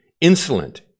insolent